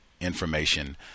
information